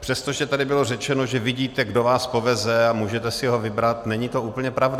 přestože tady bylo řečeno, že vidíte, kdo vás poveze, a můžete si ho vybrat, není to úplně pravda.